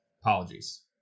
Apologies